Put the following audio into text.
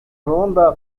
ronda